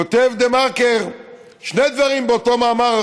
כותב דה-מרקר שני דברים באותו מאמר,